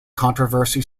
controversy